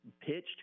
pitched